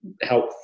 help